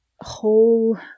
whole